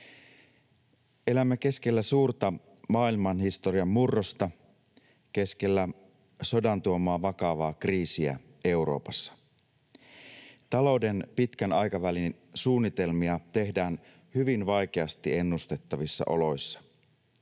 Elämme keskellä suurta maailmanhistorian murrosta, keskellä sodan tuomaa vakavaa kriisiä Euroopassa. Talouden pitkän aikavälin suunnitelmia tehdään hyvin vaikeasti ennustettavissa oloissa.